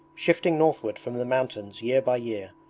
shifting northward from the mountains year by year,